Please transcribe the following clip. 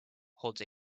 holds